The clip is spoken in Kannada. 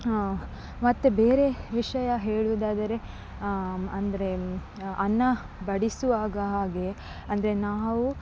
ಮತ್ತು ಬೇರೆ ವಿಷಯ ಹೇಳುವುದಾದರೆ ಅಂದರೆ ಅನ್ನ ಬಡಿಸುವಾಗ ಹಾಗೇ ಅಂದರೆ ನಾವು